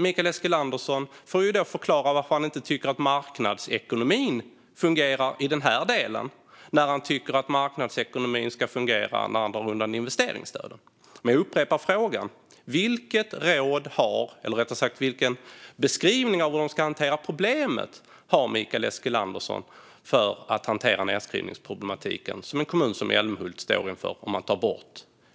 Mikael Eskilandersson får förklara varför han inte tycker att marknadsekonomin fungerar i denna del när han tycker att marknadsekonomin ska fungera när han drar undan investeringsstödet. Låt mig åter fråga Mikael Eskilandersson: Hur ska en kommun som Älmhult hantera den nedskrivningsproblematik man ställs inför om